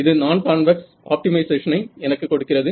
இது நான் கான்வெக்ஸ் ஆப்டி மைசேஷனை எனக்கு கொடுக்கிறது